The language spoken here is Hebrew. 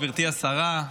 גברתי השרה,